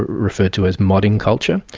referred to as modding culture.